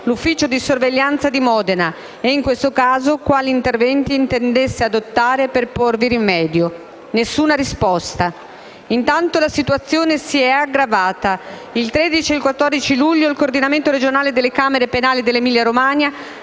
l'ufficio di sorveglianza di Modena e, in questo caso, quali interventi intendesse adottare per porvi rimedio. Nessuna risposta. Intanto, la situazione si è aggravata. Il 13 e 14 luglio il Coordinamento regionale delle Camere penali dell'Emilia-Romagna